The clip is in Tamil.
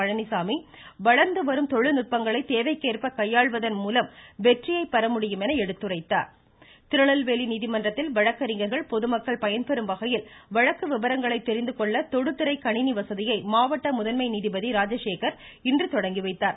பழனிசாமி வளர்ந்து வரும் தொழில்நுட்பங்களை தேவைக்கேற்ப கையாள்வதன் ருருருருரு திருநெல்வேலி திருநெல்வேலி நீதிமன்றத்தில் வழக்கறிஞர்கள் பொதுமக்கள் பயன்பெறும் வகையில் வழக்கு விபரங்களை தெரிந்துகொள்ள தொடுதிரை கணிணி வசதியை மாவட்ட முதன்மை நீதிபதி ராஜசேகர் இன்று தொடங்கி வைத்தார்